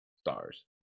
stars